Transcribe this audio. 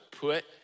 put